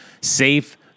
safe